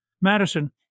Madison